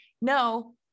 no